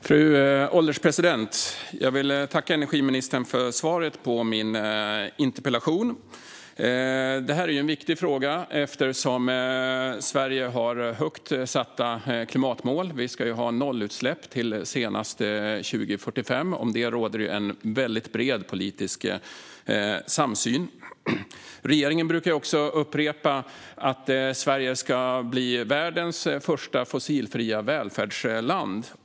Fru ålderspresident! Jag vill tacka energiministern för svaret på min interpellation. Detta är en viktig fråga eftersom Sverige har högt satta klimatmål. Vi ska ju ha nollutsläpp senast år 2045. Om det råder bred politisk samsyn. Regeringen brukar också upprepa att Sverige ska bli världens första fossilfria välfärdsland.